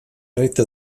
retta